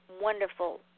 wonderful